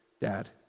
Dad